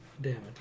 damage